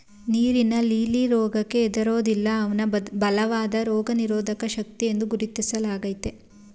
ನೀರಿನ ಲಿಲ್ಲಿ ರೋಗಕ್ಕೆ ಹೆದರೋದಿಲ್ಲ ಅವ್ನ ಬಲವಾದ ರೋಗನಿರೋಧಕ ಶಕ್ತಿಯೆಂದು ಗುರುತಿಸ್ಲಾಗ್ತದೆ